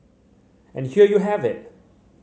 and here you have it